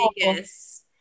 Vegas